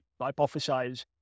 hypothesize